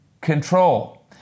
control